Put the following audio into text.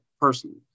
personally